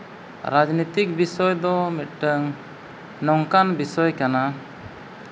ᱨᱟᱡᱽᱱᱤᱛᱤᱠ ᱵᱤᱥᱚᱭ ᱫᱚ ᱢᱤᱫᱴᱟᱝ ᱱᱚᱝᱠᱟᱱ ᱵᱤᱥᱚᱭ ᱠᱟᱱᱟ